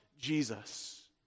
Jesus